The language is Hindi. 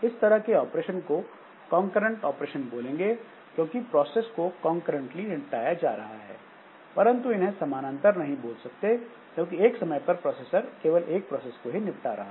इस तरह के ऑपरेशन को कॉन्करेंट ऑपरेशन बोलेंगे क्योंकि प्रोसेस को कॉन्करेंटली निपटाया जा रहा है परंतु इन्हें समानांतर नहीं बोल सकते क्योंकि एक समय पर प्रोसेसर केवल एक प्रोसेस को ही निपटा रहा है